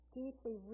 deeply